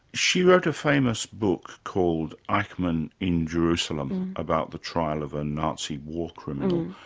she wrote a famous book called eichmann in jerusalem about the trial of a nazi war criminal.